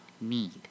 need